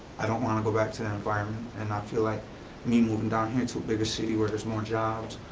i don't want to go back to that environment, and i feel like me moving down here to a bigger city where there's more jobs,